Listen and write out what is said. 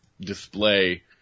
display